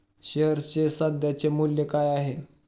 शेअर्सचे सध्याचे मूल्य काय आहे?